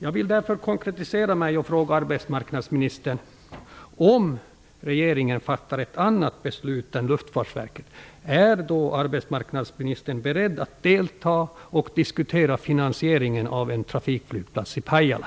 Jag vill konkretisera mig, och jag frågar därför arbetsmarknadsministern: Om regeringen fattar ett annat beslut än Luftfartsverket, är då arbetsmarknadsministern beredd att delta och diskutera finansieringen av en trafikflygplats i Pajala?